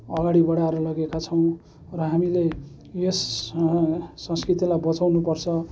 अगाडि बडाएर लगेका छौँ र हामीले यस संस्कृतिलाई बचाउनु पर्छ